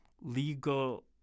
Legal